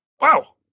Wow